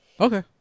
Okay